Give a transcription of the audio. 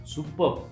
Super